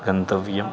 गन्तव्यं